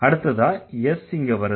அடுத்ததா S இங்க வருது